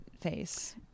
face